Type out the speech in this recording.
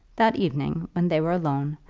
that evening, when they were alone,